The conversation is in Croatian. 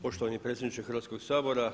Poštovani predsjedniče Hrvatskog sabora.